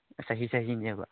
ꯆꯍꯤ ꯆꯍꯤꯅꯦꯕ